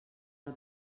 del